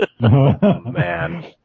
man